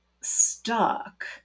stuck